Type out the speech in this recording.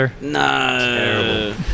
No